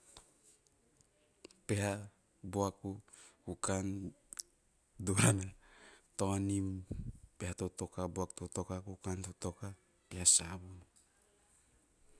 Peha, buaku, kukan, taonim, peha- totoka, buak- totoka, kukan- totoka, peha- savun.